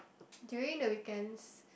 during the weekends